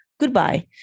goodbye